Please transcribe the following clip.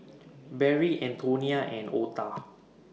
Barrie Antonia and Ota